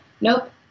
nope